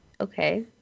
Okay